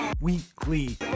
Weekly